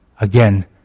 Again